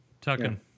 Tucking